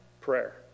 Prayer